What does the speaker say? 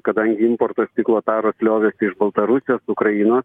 kadangi importas stiklo taros liovėsi iš baltarusijos ukrainos